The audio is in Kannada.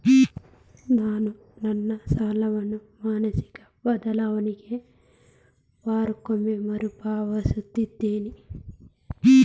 ನಾನು ನನ್ನ ಸಾಲವನ್ನು ಮಾಸಿಕ ಬದಲಿಗೆ ವಾರಕ್ಕೊಮ್ಮೆ ಮರುಪಾವತಿಸುತ್ತಿದ್ದೇನೆ